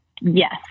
yes